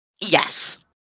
Yes